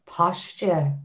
posture